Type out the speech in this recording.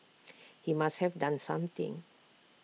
he must have done something